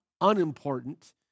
unimportant